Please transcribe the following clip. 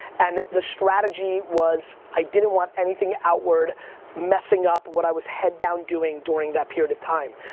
and the strategy was i didn't want anything outward messing up what i was head down doing during that period of time.